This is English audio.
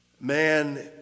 Man